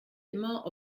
immer